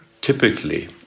typically